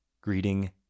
Greeting